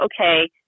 okay